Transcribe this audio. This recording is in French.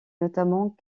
notamment